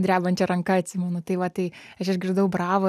drebančia ranka atsimenu tai va tai aš išgirdau bravo